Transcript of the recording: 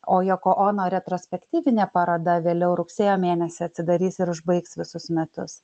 o yoko ono retrospektyvinė paroda vėliau rugsėjo mėnesį atsidarys ir užbaigs visus metus